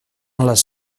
les